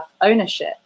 ownership